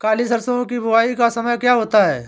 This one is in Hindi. काली सरसो की बुवाई का समय क्या होता है?